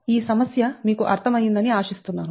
ఈ సమస్య మీకు అర్ధమయ్యిందని ఆశిస్తున్నాను